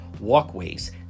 walkways